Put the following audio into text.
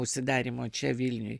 užsidarymo čia vilniuj